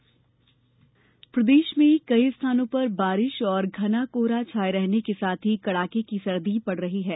मौसम प्रदेश में कई स्थानों पर बारिश और घना कोहरा छाये रहने के साथ ही कड़ाके की सर्दी पड़ रही है